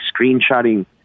screenshotting